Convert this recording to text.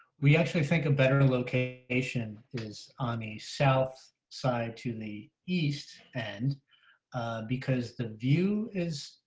we actually think a better location is on a south side to the east and because the view is,